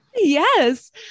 Yes